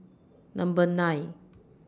Number nine